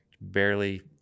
barely